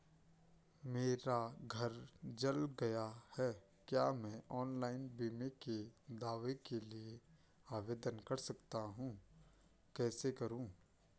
मेरा घर जल गया है क्या मैं ऑनलाइन बीमे के दावे के लिए आवेदन कर सकता हूँ कैसे करूँ?